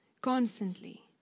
constantly